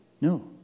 No